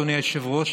אדוני היושב-ראש,